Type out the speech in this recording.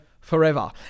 forever